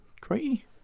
Great